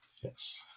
Yes